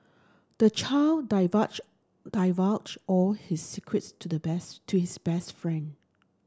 the child divulged divulged all his secrets to the best to his best friend